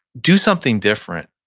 do something different.